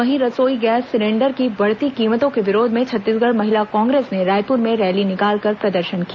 वहीं रसोई gas cylinder की बढ़ती कीमतों के विरोध में छत्तीसगढ़ महिला कांग्रेस ने रायपुर में रैली निकालकर प्रदर्शन किया